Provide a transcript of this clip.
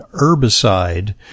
herbicide